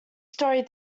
story